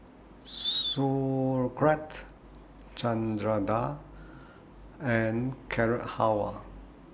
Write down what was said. Sauerkraut Chana Dal and Carrot Halwa